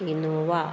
Innova